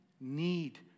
need